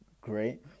great